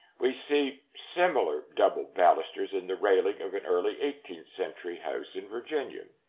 we see similar double balusters in the railing of an early eighteenth century house in virginia.